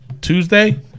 Tuesday